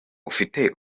ufite